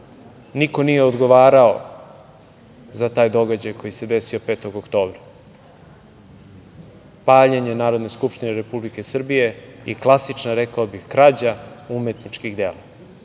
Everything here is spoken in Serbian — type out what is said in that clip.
niko nije odgovarao za taj događaj koji se desio 5. oktobra, paljenje Narodne skupštine Republike Srbije i klasična, rekao bih, krađa umetničkih dela.